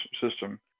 system